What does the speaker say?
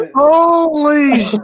Holy